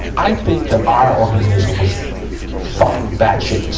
i think that our organization was fucking bat-shit